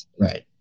Right